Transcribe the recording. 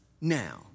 now